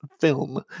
film